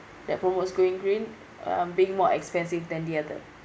that promotes going green um being more expensive than the other